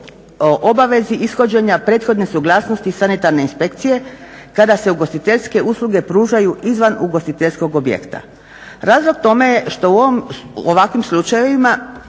obavezi ishođenja prethodne suglasnosti sanitarne inspekcije kada se ugostiteljske usluge pružaju izvan ugostiteljskog objekta. Razlog tome je što u ovakvim slučajevima